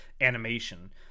animation